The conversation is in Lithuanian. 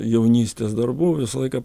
jaunystės darbų visą laiką